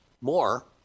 more